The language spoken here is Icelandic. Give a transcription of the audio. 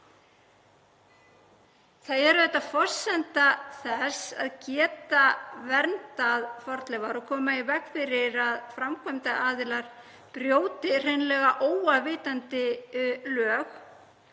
Það er auðvitað forsenda þess að geta verndað fornleifar og komið í veg fyrir að framkvæmdaraðilar brjóti hreinlega óafvitandi lög